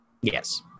Yes